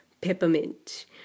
peppermint